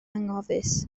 anghofus